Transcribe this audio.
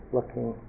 looking